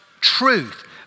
truth